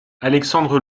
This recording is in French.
alexandre